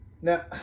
Now